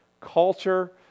Culture